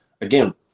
again